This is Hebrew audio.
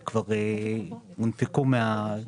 בוא נראה את בנק ישראל נותן לו --- מה זה קשור?